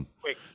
quick